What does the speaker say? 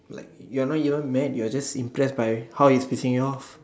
like you're not even mad you're just impressed by how he's pissing you off